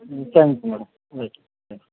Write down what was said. ம் thanks madam okay thanks